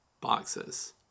boxes